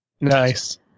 nice